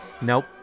Nope